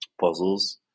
puzzles